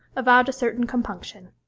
avowed a certain compunction.